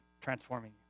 transforming